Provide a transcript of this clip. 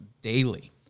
daily